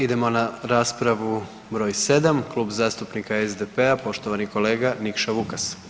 Idemo na raspravu broj 7 Klub zastupnika SDP-a poštovani kolega Nikša Vukas.